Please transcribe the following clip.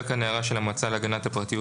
הייתה כאן הערה של המועצה להגנת הפרטיות